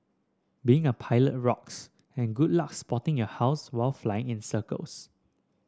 being a pilot rocks and good luck spotting your house while flying in circles